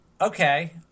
Okay